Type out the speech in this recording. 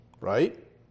right